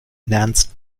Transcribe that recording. nernst